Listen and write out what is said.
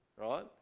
right